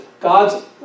God's